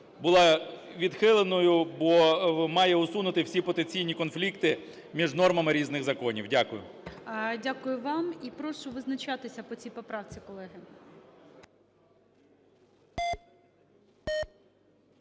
була відхиленою, бо має усунути всі потенційні конфлікти між нормами різних законів. Дякую. ГОЛОВУЮЧИЙ. Дякую вам. І прошу визначатися по цій поправці, колеги.